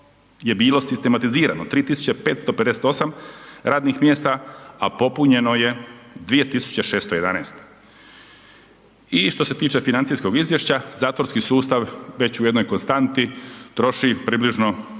je bilo sistematizirano 3558 radnih mjesta, a popunjeno je 2611. I što se tiče financijskog izvješća, zatvorski sustav već u jednoj konstanti troši približno